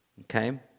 okay